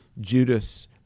Judas